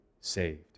saved